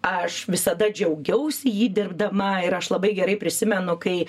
aš visada džiaugiausi jį dirbdama ir aš labai gerai prisimenu kai